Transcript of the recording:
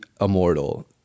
immortal